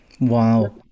Wow